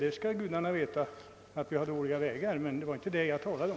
Nej, det skall gudarna veta att vi har dåliga vägar, men det var inte detta jag talade om.